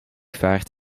vaart